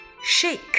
shake